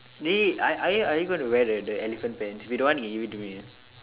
eh are are you are you going to wear the the elephant pants you don't want can give it to me eh